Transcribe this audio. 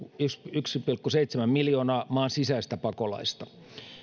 yksi pilkku seitsemän miljoonaa maan sisäistä pakolaista